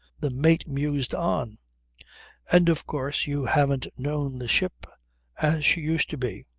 the mate mused on and of course you haven't known the ship as she used to be.